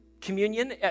communion